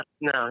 no